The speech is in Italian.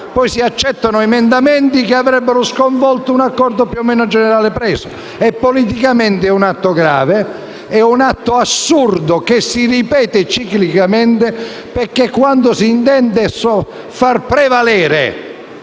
poi si accettano emendamenti che avrebbero sconvolto un accordo più o meno generale già assunto! Politicamente è un atto grave ed è assurdo che si ripeta ciclicamente, perché quando si intende far prevalere